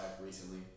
recently